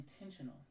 intentional